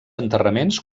enterraments